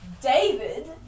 David